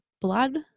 blood